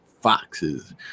Foxes